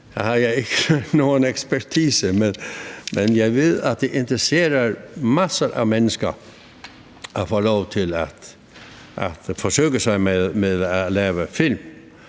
jeg ikke nogen ekspertise, men jeg ved, at det interesserer masser af mennesker at få lov til at forsøge sig med at lave film.